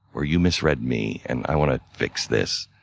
or you misread me and i want to fix this.